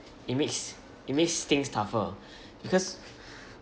it makes it makes things tougher because